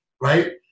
right